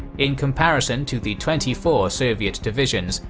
in comparison to the twenty four soviet divisions,